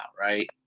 Right